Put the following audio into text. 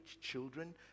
children